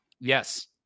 Yes